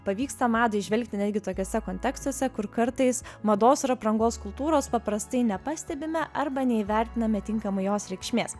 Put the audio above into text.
pavyksta madą įžvelgti netgi tokiuose kontekstuose kur kartais mados ir aprangos kultūros paprastai nepastebime arba neįvertiname tinkamai jos reikšmės